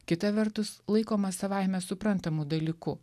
kita vertus laikomas savaime suprantamu dalyku